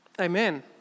Amen